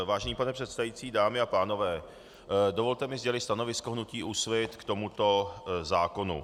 Vážený pane předsedající, dámy a pánové, dovolte mi sdělit stanovisko hnutí Úsvit k tomuto zákonu.